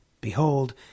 Behold